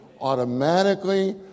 automatically